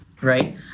right